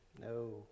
No